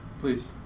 Please